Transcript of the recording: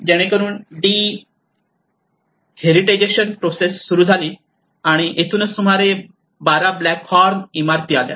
जेणेकरुन डी हेरिटेजेशन प्रोसेस सुरू झाली आणि येथूनच सुमारे 12 ब्लॅक हॉर्न इमारती आल्या